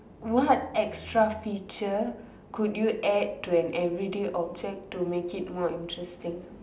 what extra feature could you add to an everyday object to make it more interesting